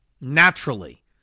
naturally